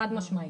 חד-משמעתית.